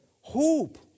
Hope